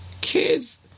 kids